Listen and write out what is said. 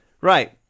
right